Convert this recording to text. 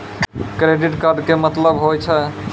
Credit card के मतलब होय छै?